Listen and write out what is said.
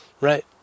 Right